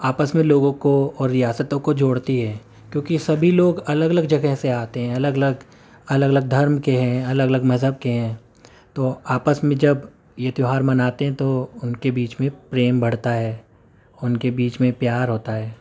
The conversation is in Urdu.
آپس میں لوگوں کو اور ریاستوں کو جوڑتی ہے کیونکہ سبھی لوگ الگ الگ جگہ سے آتے ہیں الگ الگ الگ الگ دھرم کے ہیں الگ الگ مذہب کے ہیں تو آپس میں جب یہ تیوہار مناتے ہیں تو ان کے بیچ میں پریم بڑھتا ہے ان کے بیچ میں پیار ہوتا ہے